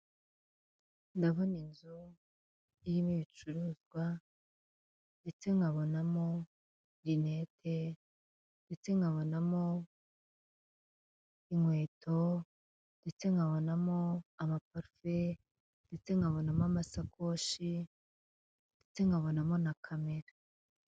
Ndabona inzu irimo ibicuruzwa ndetse nkabonamo linete, ndetse nkabonamo inkweto, ndetse nkabonamo amaparufe, ndetse nkabonamo amasakoshi, ndetse nkabonamo na camera.